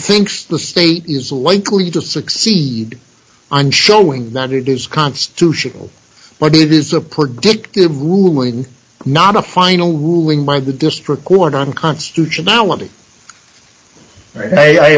thinks the state is likely to succeed on showing that it is constitutional but it is a predictive ruling not a final ruling by the district court on constitutionality